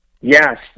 Yes